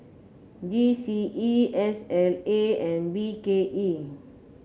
G C E S L A and B K E